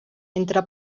entre